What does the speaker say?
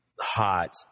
hot